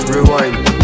Rewind